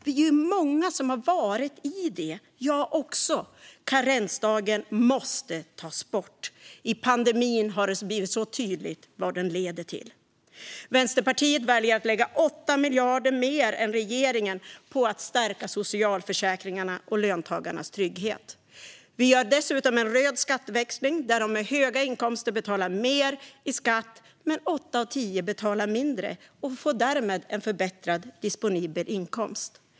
Vi är många som har varit i det, jag också. Karensdagen måste tas bort. I pandemin har det blivit tydligt vad den leder till. Vänsterpartiet väljer att lägga 8 miljarder mer än regeringen på att stärka socialförsäkringarna och löntagarnas trygghet. Vi gör dessutom en röd skatteväxling, där de med höga inkomster betalar mer i skatt men åtta av tio betalar mindre och därmed får en förbättrad disponibel inkomst.